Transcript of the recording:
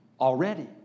already